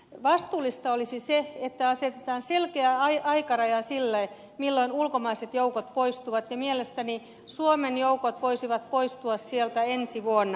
vastuullista olisi se että asetetaan selkeä aikaraja sille milloin ulkomaiset joukot poistuvat ja mielestäni suomen joukot voisivat poistua sieltä ensi vuonna